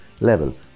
level